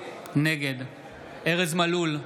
נגד ארז מלול,